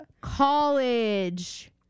College